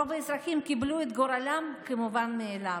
רוב האזרחים קיבלו את גורלם כמובן מאליו.